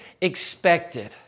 expected